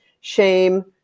shame